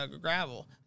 gravel